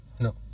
No